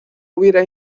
hubiera